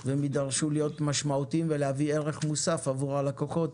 והם ידרשו להיות משמעותיים ולהביא ערך מוסף עבור הלקוחות